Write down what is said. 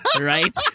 right